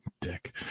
Dick